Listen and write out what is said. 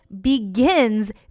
begins